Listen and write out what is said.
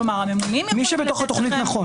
מי שבתוכנית נכון.